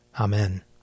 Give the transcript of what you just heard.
Amen